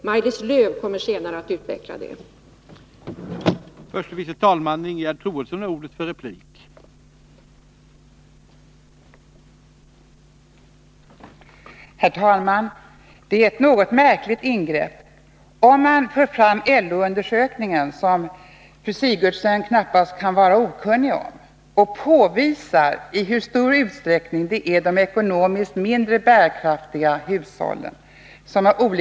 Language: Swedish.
Maj-Lis Lööw kommer senare att utveckla den saken.